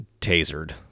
tasered